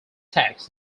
tax